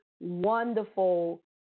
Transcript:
wonderful